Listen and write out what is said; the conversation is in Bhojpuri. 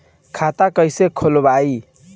खाता कईसे खोलबाइ?